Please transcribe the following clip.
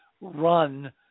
run